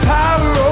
power